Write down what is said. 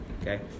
Okay